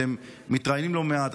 אתם מתראיינים לא מעט,